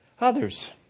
others